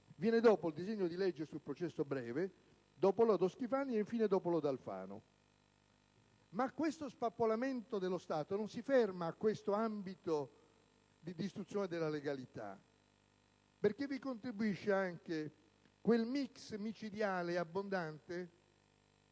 Mills, dopo il disegno di legge sul processo breve, dopo il lodo Schifani e, infine, dopo il lodo Alfano. Questo spappolamento dello Stato non si ferma però a questo ambito di distruzione della legalità, perché ad esso contribuisce anche quel mix micidiale ed abbondante